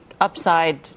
upside